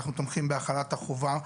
אנחנו תומכים בהחלת החובה,